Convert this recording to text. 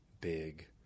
big